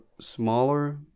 smaller